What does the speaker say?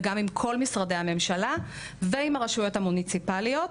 ועם כל משרדי הממשלה והרשויות המוניציפליות.